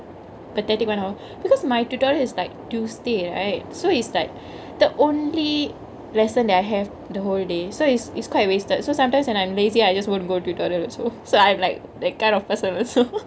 pathetic one hour because my tutorial is like tuesday right so is like the only lesson that I have the whole day so it's it's quite wasted so sometimes when I'm lazy I just won't go to tutorial also so I'm like that kind of person